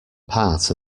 part